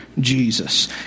Jesus